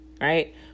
right